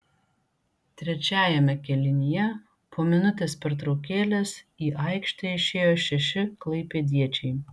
trečiajame kėlinyje po minutės pertraukėlės į aikštę įėjo šeši klaipėdiečiai